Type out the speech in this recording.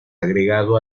agregado